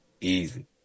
Easy